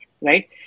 right